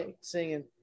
singing